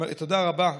תודה רבה,